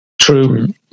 True